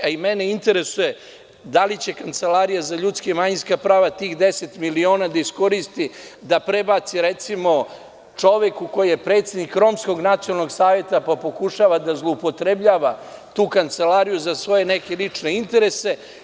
A, i mene interesuje da li će Kancelarija za ljudska i manjinska prava, tih deset miliona da iskoristi da prebaci recimo, čoveku koji je predsednik Romskog nacionalnog saveta, pa pokušava da zloupotrebljava tu Kancelariju za svoje neke lične interese.